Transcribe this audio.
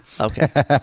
Okay